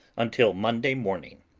until monday morning.